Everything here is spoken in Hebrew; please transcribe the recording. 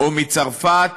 או מצרפת,